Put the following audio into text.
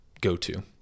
go-to